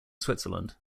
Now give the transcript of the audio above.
switzerland